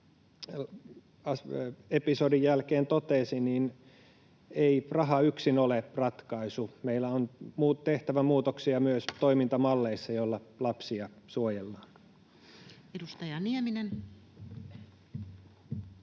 episodin jälkeen totesi, ei raha yksin ole ratkaisu, meillä on tehtävä muutoksia myös toimintamalleissa, joilla lapsia